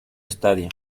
estadio